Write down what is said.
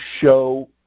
show